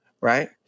right